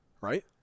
right